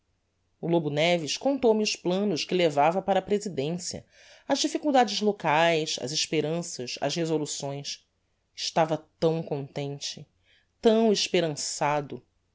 o lobo neves contou-me os planos que levava para a presidencia as difficuldades locaes as esperanças as resoluções estava tão contente tão esperançado